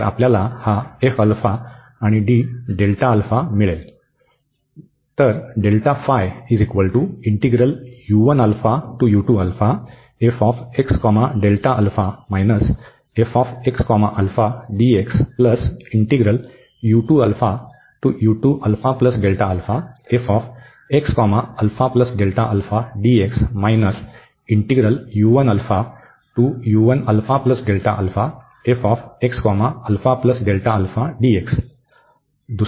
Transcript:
तर आपल्याला हा f अल्फा मिळेल आणि d डेल्टा अल्फा मिळेल